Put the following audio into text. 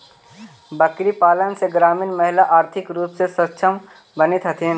बकरीपालन से ग्रामीण महिला आर्थिक रूप से सक्षम बनित हथीन